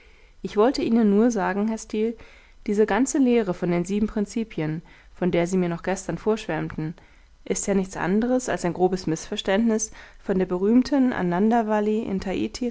ich wollte ihnen nur sagen herr steel diese ganze lehre von den sieben prinzipien von der sie mir noch gestern vorschwärmten ist ja nichts anderes als ein grobes mißverständnis von der berühmten anandavalli